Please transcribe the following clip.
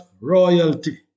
royalty